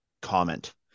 comment